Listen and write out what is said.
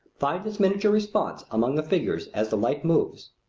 finds its miniature response among the figures as the light moves.